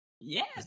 Yes